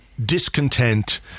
discontent